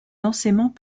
densément